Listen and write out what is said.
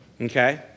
Okay